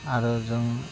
आरो जों